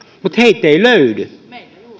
mutta heitä ei löydy